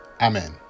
Amen